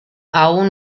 aún